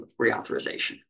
reauthorization